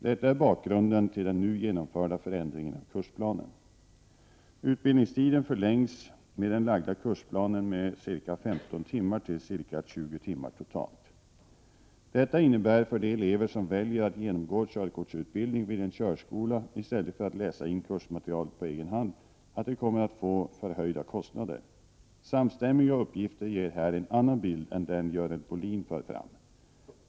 Detta är bakgrunden till den nu genomförda förändringen av kursplanen. Detta innebär för de elever som väljer att genomgå körkortsutbildning vid en körskola i stället för att läsa in kursmaterialet på egen hand, att de kommer att få förhöjda kostnader. Samstämmiga uppgifter ger här en annan bild än den Görel Bohlin för fram.